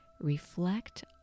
reflect